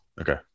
Okay